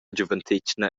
giuventetgna